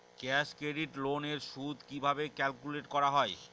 Cash credit loan এর সুদ কিভাবে ক্যালকুলেট করা হয়?